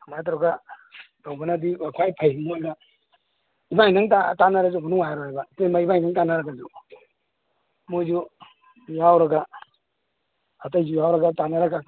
ꯑꯗꯨꯃꯥꯏꯅ ꯇꯧꯔꯒ ꯇꯧꯕꯅꯗꯤ ꯈ꯭ꯋꯥꯏ ꯐꯩ ꯏꯕꯥꯟꯅꯤꯗꯪ ꯇꯥꯅꯔꯁꯨ ꯑꯃꯨꯛ ꯅꯨꯡꯉꯥꯏꯔꯣꯏꯕ ꯏꯇꯩꯃ ꯏꯕꯥꯟꯅꯤꯗꯪ ꯇꯥꯅꯔꯒꯁꯨ ꯃꯣꯏꯁꯨ ꯌꯥꯎꯔꯒ ꯑꯇꯩꯁꯨ ꯌꯥꯎꯔꯒ ꯇꯥꯅꯔꯒ